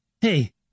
Hey